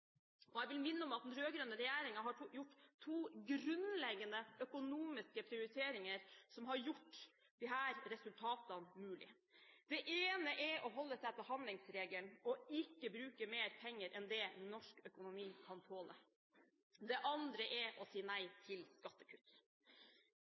med. Jeg vil minne om at den rød-grønne regjeringen har gjort to grunnleggende økonomiske prioriteringer som har gjort disse resultatene mulig: Det ene er å holde seg til handlingsregelen og ikke bruke mer penger enn det norsk økonomi kan tåle, det andre er å si nei